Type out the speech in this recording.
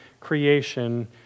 Creation